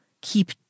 keep